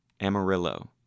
amarillo